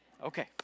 Okay